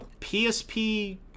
psp